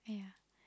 yeah